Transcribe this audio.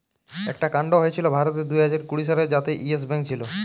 একটা কান্ড হয়েছিল ভারতে দুইহাজার কুড়ি সালে যাতে ইয়েস ব্যাঙ্ক ছিল